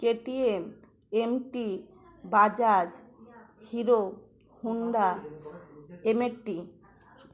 KTM MT Bajaj Hero Honda M eighty